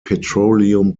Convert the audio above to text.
petroleum